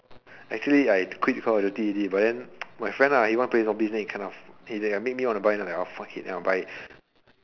actually I quit call of duty already but then my friend lah he want to play zombies then he kind of then he make me want to buy then I oh fuck it then I'll buy it